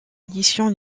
édition